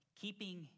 Keeping